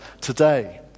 today